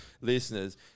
listeners